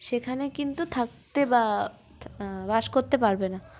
সেখানে কিন্তু থাকতে বা বাস করতে পারবে না